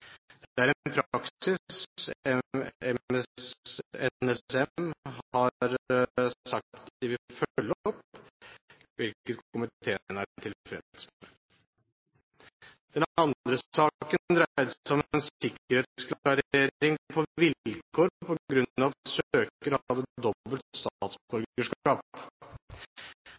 er en praksis NSM har sagt de vil følge opp, hvilket komiteen er tilfreds med. Den andre saken dreide seg om en sikkerhetsklarering på vilkår på grunn av at søker hadde